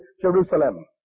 Jerusalem